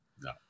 No